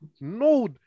No